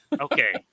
Okay